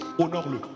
Honore-le